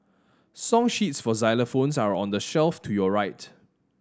song sheets for xylophones are on the shelf to your right